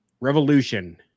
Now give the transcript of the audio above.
Revolution